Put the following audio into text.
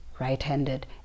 right-handed